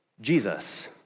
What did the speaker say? Jesus